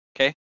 okay